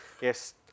yes